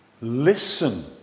listen